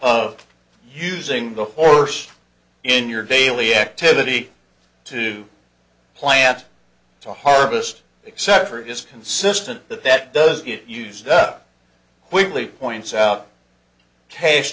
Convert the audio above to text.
of using the horse in your daily activity to plant to harvest except for is consistent but that does get used up weekly points out cash